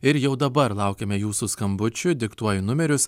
ir jau dabar laukiame jūsų skambučių diktuoju numerius